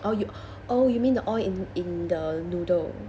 oh you oh you mean the oil in in the noodle